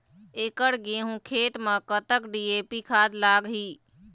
एकड़ गेहूं खेत म कतक डी.ए.पी खाद लाग ही?